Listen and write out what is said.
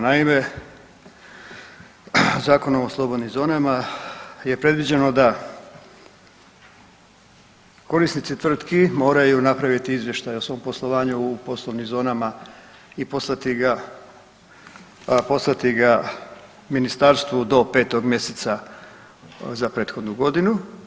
Naime, Zakonom o slobodnim zonama je predviđeno da korisnici tvrtki moraju napraviti izvještaj o svom poslovanju u poslovnim zonama i poslati ga, poslati ga ministarstvu do 5. mjeseca za prethodnu godinu.